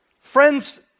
Friends